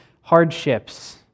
hardships